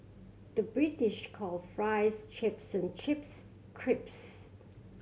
the British calls fries chips and chips crisps